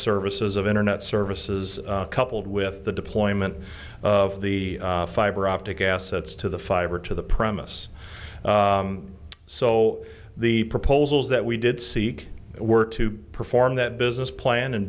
services of internet services coupled with the deployment of the fiber optic assets to the fiber to the premise so the proposals that we did seek were to perform that business plan and